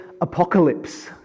Apocalypse